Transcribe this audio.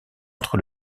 entre